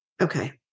Okay